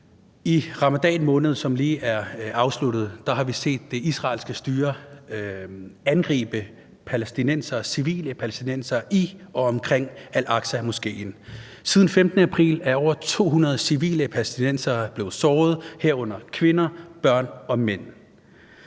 I ramadanmåneden, som lige er afsluttet, har vi set det israelske styre angribe civile palæstinensere i og omkring al-Aqsa-moskéen. Siden den 15. april er over 200 civile palæstinensere – kvinder, børn og mænd